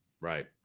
Right